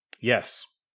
Yes